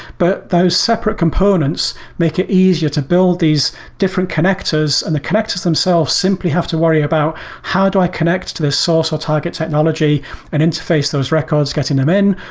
but those separate components make it easier to build these different connectors, and the connectors themselves simply have to worry about how do i connect to the source or target technology and interface those records, getting them in,